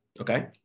Okay